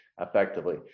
effectively